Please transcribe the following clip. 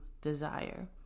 desire